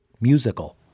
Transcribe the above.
musical